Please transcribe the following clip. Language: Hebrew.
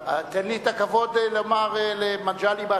ואחריו, חבר הכנסת בן-סימון.